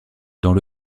dans